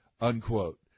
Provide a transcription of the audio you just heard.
unquote